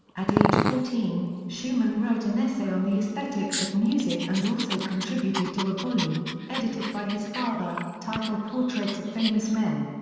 at age fourteen, schumann wrote an essay on the aesthetics of music and also contributed to a volume, edited by his father, titled portraits of famous men.